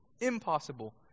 Impossible